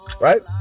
Right